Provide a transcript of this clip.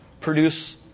produce